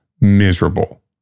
miserable